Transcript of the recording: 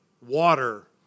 water